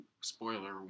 Spoiler